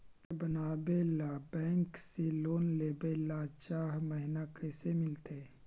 घर बनावे ल बैंक से लोन लेवे ल चाह महिना कैसे मिलतई?